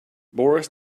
boris